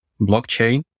blockchain